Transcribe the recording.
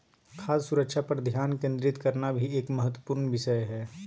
खाद्य सुरक्षा पर ध्यान केंद्रित करना भी एक महत्वपूर्ण विषय हय